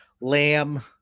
Lamb